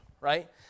right